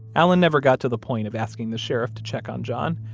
allen never got to the point of asking the sheriff to check on john,